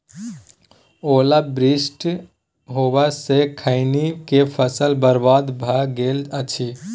ओला वृष्टी होबा स खैनी के फसल बर्बाद भ गेल अछि?